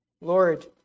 Lord